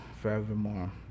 forevermore